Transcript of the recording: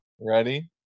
Ready